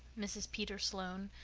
mrs. peter sloane,